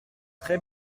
très